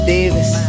Davis